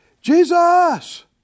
Jesus